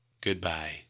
Goodbye